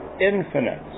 infinite